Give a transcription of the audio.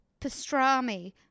pastrami